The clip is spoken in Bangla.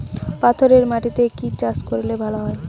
পাথরে মাটিতে কি চাষ করলে ভালো হবে?